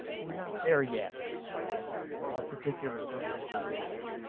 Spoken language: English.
we're not there yet in in our particular political world.